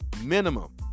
Minimum